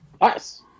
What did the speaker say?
Nice